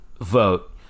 vote